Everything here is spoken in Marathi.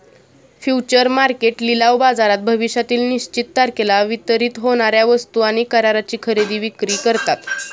फ्युचर मार्केट लिलाव बाजारात भविष्यातील निश्चित तारखेला वितरित होणार्या वस्तू आणि कराराची खरेदी विक्री करतात